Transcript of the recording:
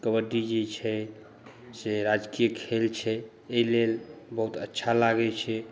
कबड्डी जे छै से राजकीय खेल छै एहिलेल बहुत अच्छा लागै छै